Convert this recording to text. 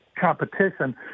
competition